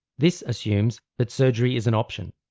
this assumes that surgery is an option,